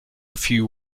few